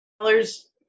Colors